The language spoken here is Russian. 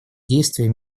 действия